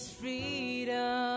freedom